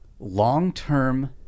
Long-term